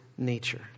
Nature